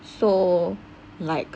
so like